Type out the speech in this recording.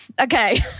Okay